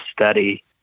study